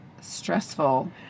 stressful